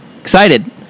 Excited